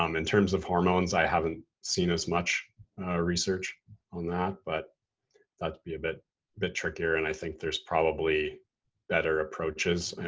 um in terms of hormones, i haven't seen as much research on that, but that'd be a bit bit trickier, and i think there's probably better approaches. i